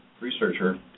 researcher